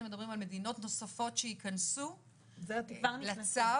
מדברים על מדינות נוספות שיכנסו לצו.